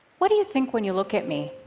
what do you think when you look at me?